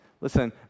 Listen